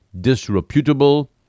disreputable